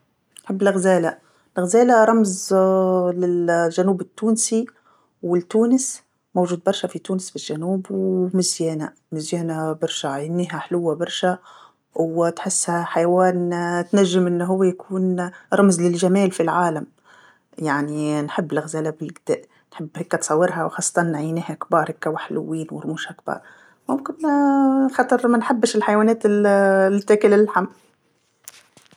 نحب الغزاله، الغزاله رمز لل-الجنوب التونسي ولتونس، موجود برشا في تونس في الجنوب و مزيانه، مزيانه برشا، عينيها حلوه برشا وتحسها حيوان تنجم أنو هو يكون رمز للجمال في العالم، يعني نحب الغزاله بالقد، نحب هكا تصورها وخاصة عينيها كبار هكا وحلوين ورموشها كبار، ممكن خاطر مانحبش الحيوانات ال-اللي تاكل اللحم.